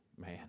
Man